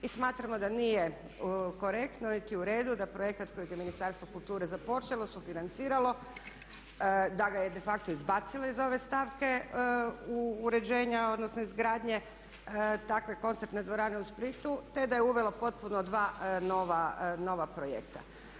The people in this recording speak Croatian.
Smatramo da nije korektno niti u redu da projekt kojeg je Ministarstvo kulture započelo i sufinanciralo da ga je de facto izbacilo iz ove stavke uređenja odnosno izgradnje takve koncertne dvorane u Splitu te da je uvelo potpuno dva nova projekta.